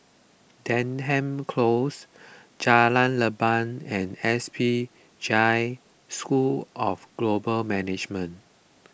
Denham Close Jalan Leban and S P Jain School of Global Management